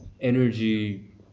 energy